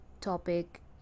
topic